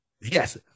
Yes